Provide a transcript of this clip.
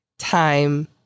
time